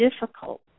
difficult